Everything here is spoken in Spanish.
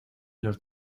los